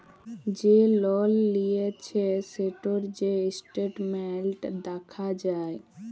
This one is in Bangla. যে লল লিঁয়েছে সেটর যে ইসট্যাটমেল্ট দ্যাখা যায়